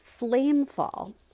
Flamefall